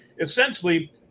essentially